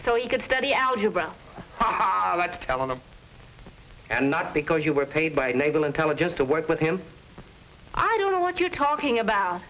you could study algebra to tell him and not because you were paid by naval intelligence to work with him i don't know what you're talking about